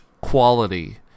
quality